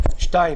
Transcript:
שבה,